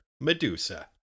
Medusa